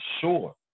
sure